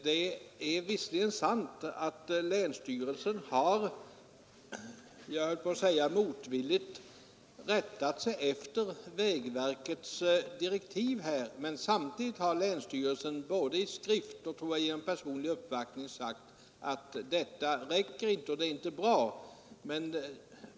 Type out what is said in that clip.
Det är visserligen sant att länsstyrelsen har — jag höll på att säga motvilligt — rättat sig efter vägverkets direktiv, men samtidigt har länsstyrelsen både i skrift och — tror jag — genom personlig uppvaktning sagt att detta inte är bra, att det inte räcker.